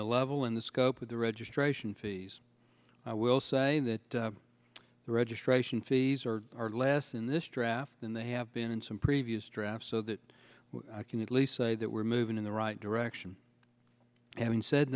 the level in the scope of the registration fees i will say that the registration fees are less in this draft than they have been in some previous draft so that i can at least say that we're moving in the right direction having said